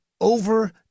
over